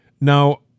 Now